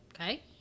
Okay